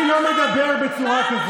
לא הייתה פעם אחת, אני לא מדבר בצורה כזאת.